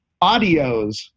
Audios